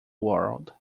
world